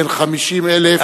אין חמישים אלף,